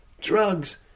drugs